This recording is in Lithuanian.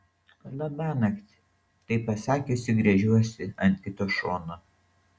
labanakt tai pasakiusi gręžiuosi ant kito šono